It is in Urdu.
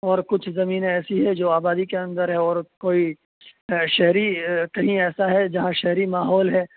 اور کچھ زمینیں ایسی ہے جو آبادی کے اندر ہے اور کوئی شہری کہیں ایسا ہے جہاں شہری ماحول ہے